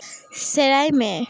ᱥᱮᱬᱟᱭ ᱢᱮ